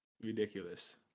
ridiculous